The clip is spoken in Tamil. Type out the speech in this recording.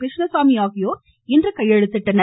கிருஷ்ணசாமி ஆகியோர் இன்று கையெழுத்திட்டனர்